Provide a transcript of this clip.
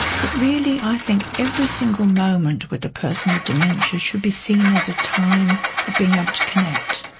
but really i think every single moment with the person with dementia should be seen as a time of being able to connect.